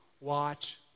watch